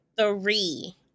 three